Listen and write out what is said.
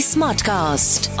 Smartcast